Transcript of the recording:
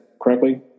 correctly